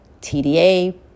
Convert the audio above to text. TDA